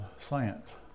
science